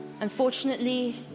Unfortunately